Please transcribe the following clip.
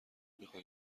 میخوای